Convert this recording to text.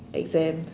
exams